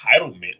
entitlement